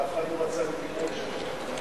ואף אחד לא רצה לרכוש אותן.